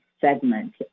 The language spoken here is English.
segment